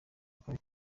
karere